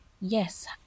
yes